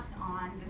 on